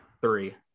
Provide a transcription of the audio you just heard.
Three